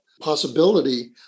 possibility